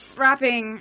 wrapping